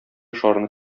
шарны